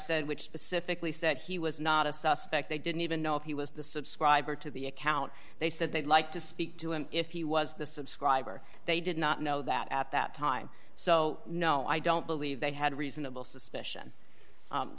said which specifically said he was not a suspect they didn't even know if he was the subscriber to the account they said they'd like to speak to him if he was the subscriber they did not know that at that time so no i don't believe they had reasonable suspicion